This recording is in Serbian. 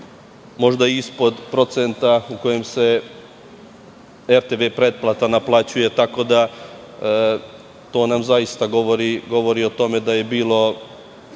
možda ispod procenta u kojem se RTV pretplata naplaćuje, tako da nam to zaista govori o tome da je bilo